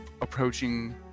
approaching